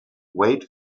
wait